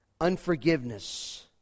Unforgiveness